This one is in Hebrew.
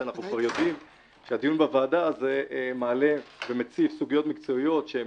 ואנחנו יודעים כבר שהוא מעלה ומציף סוגיות מקצועיות.